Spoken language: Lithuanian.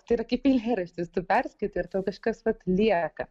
tai yra kaip eilėraštis tu perskaitai ir tau kažkas vat lieka